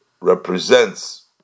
represents